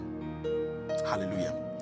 Hallelujah